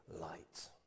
light